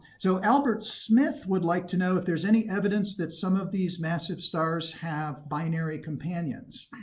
so albert smith would like to know if there's any evidence that some of these massive stars have binary companions.